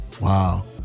wow